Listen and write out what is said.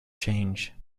change